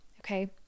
Okay